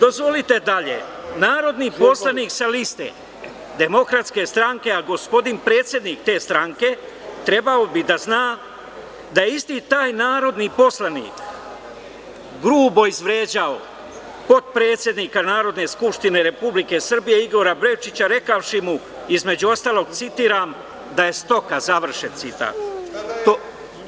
Dozvolite dalje, narodni poslanik sa liste DS, a gospodin predsednik te stranke trebao bi da zna da je isti taj narodni poslanik grubo izvređao potpredsednika Narodne skupštine Republike Srbije, Igora Bečića rekavši mu, između ostalog citiram – „da je stoka“, završen citat.